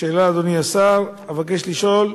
שאלה, אדוני השר, שאבקש לשאול: